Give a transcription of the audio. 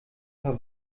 paar